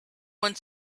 one